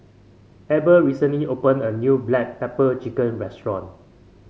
Abel recently opened a new Black Pepper Chicken restaurant